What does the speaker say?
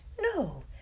No